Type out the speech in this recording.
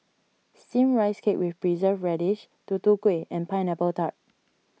Steamed Rice Cake with Preserved Radish Tutu Kueh and Pineapple Tart